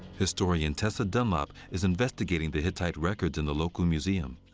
historian tessa dunlop is investigating the hittite records in the local museum.